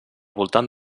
voltant